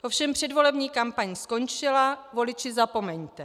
Ovšem předvolební kampaň skončila voliči, zapomeňte.